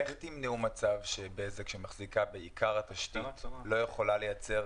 איך תמנעו מצב שבזק שמחזיקה בעיקר התשתית לא יכולה לייצר